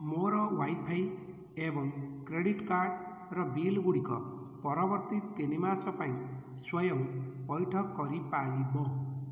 ମୋର ୱାଇଫାଇ ଏବଂ କ୍ରେଡ଼ିଟ୍ କାର୍ଡ଼୍ର ବିଲ୍ଗୁଡ଼ିକ ପରବର୍ତ୍ତୀ ତିନି ମାସ ପାଇଁ ସ୍ଵୟଂ ପଇଠ କରିପାରିବ